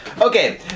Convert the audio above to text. okay